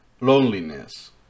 loneliness